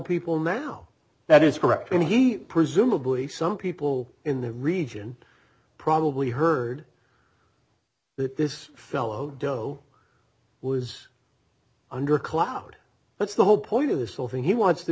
people now that is correct when he presumably some people in the region probably heard that this fellow doe was under a cloud that's the whole point of this whole thing he wants to